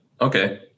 Okay